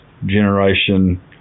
generation